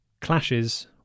clashes